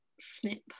snip